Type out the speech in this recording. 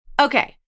Okay